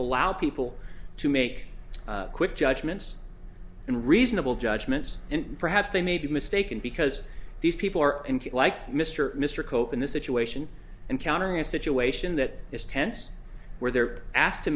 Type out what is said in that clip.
allow people to make quick judgments and reasonable judgments and perhaps they may be mistaken because these people are like mr mr cope in this situation and countering a situation that is tense where they're asked to